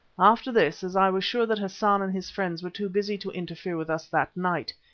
after this, as i was sure that hassan and his friends were too busy to interfere with us that night,